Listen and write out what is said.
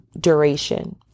duration